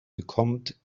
bekommt